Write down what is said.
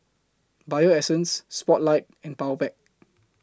Bio Essence Spotlight and Powerpac